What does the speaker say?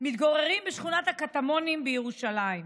שמתגוררים בשכונת הקטמונים בירושלים.